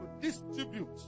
distribute